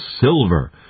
silver